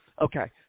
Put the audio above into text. Okay